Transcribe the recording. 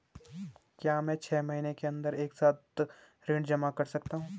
क्या मैं छः महीने के अन्दर एक साथ ऋण जमा कर सकता हूँ?